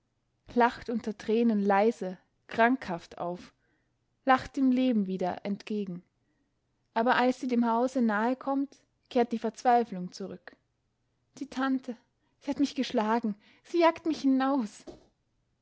lacht unter tränen leise krankhaft auf lacht dem leben wieder entgegen aber als sie dem hause nahe kommt kehrt die verzweiflung zurück die tante sie hat mich geschlagen sie jagt mich hinaus